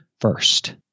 first